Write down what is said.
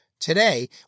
Today